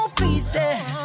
pieces